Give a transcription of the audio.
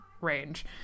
range